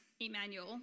Emmanuel